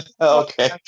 Okay